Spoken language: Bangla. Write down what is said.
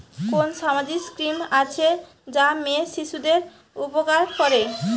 কোন সামাজিক স্কিম আছে যা মেয়ে শিশুদের উপকার করে?